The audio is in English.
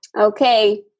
Okay